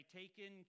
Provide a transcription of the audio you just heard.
taken